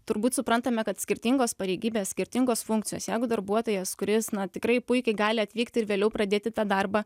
turbūt suprantame kad skirtingos pareigybės skirtingos funkcijos jeigu darbuotojas kuris na tikrai puikiai gali atvykti ir vėliau pradėti tą darbą